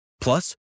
Plus